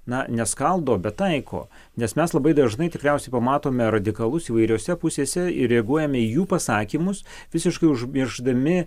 na neskaldo bet taiko nes mes labai dažnai tikriausiai pamatome radikalus įvairiose pusėse ir reaguojame į jų pasakymus visiškai užmiršdami